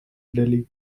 delhi